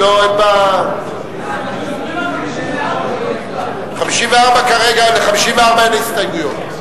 אתה מדבר על 54. ל-54 אין הסתייגויות.